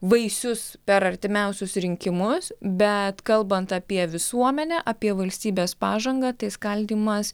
vaisius per artimiausius rinkimus bet kalbant apie visuomenę apie valstybės pažangą tai skaldymas